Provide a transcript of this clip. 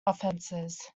offenses